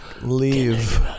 Leave